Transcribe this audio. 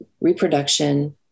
reproduction